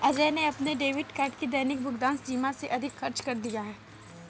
अजय ने अपने debit card की दैनिक भुगतान सीमा से अधिक खर्च कर दिया